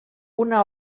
una